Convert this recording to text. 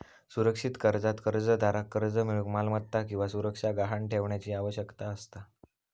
सुरक्षित कर्जात कर्जदाराक कर्ज मिळूक मालमत्ता किंवा सुरक्षा गहाण ठेवण्याची आवश्यकता असता